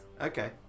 Okay